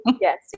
yes